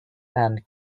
and